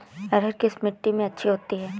अरहर किस मिट्टी में अच्छी होती है?